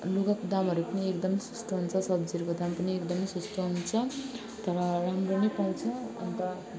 लुगाको दामहरू पनि एकदमै सस्तो हुन्छ सब्जीको दामहरू पनि एकदमै सस्तो हुन्छ तर राम्रो नै पाउँछ अन्त